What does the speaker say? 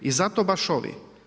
I zato baš ovi.